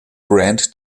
brand